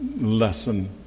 lesson